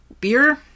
Beer